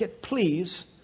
Please